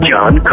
John